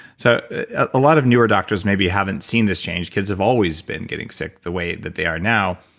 so ah a lot of newer doctors maybe haven't seen this change, kids have always been getting sick the way that they are now.